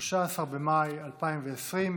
13 במאי 2020,